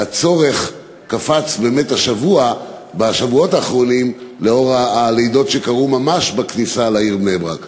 והצורך קפץ בשבועות האחרונים לאור הלידות שקרו ממש בכניסה לעיר בני-ברק.